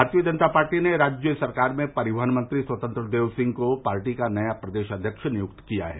भारतीय जनता पार्टी ने राज्य सरकार में परिवहन मंत्री स्वतंत्र देव सिंह को पार्टी का नया प्रदेश अध्यक्ष नियुक्त किया है